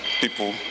people